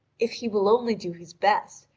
if he will only do his best,